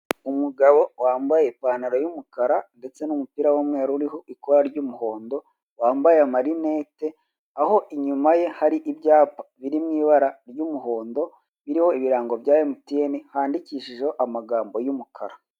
Umugabo wambaye ipantaro y'umukara ndetse n'umupira w'umweru uriho ikora ry'umuhondo, wambaye amarinete, aho inyuma ye hari ibyapa biri mu ibara ry'umuhondo, biriho ibirango bya emutiyene handikishijeho amagambo y'umukara.